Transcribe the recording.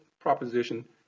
proposition